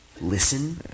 listen